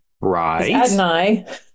Right